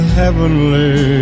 heavenly